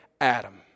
Adam